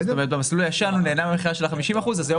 במסלול הישן הוא נהנה מהמכירה של ה-50 אחוזים והיום